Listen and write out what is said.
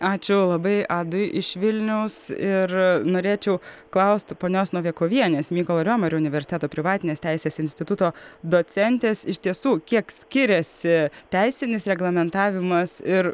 ačiū labai adui iš vilniaus ir norėčiau klausti ponios novikovienės mykolo riomerio universiteto privatinės teisės instituto docentės iš tiesų kiek skiriasi teisinis reglamentavimas ir